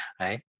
right